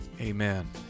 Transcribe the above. Amen